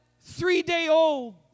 three-day-old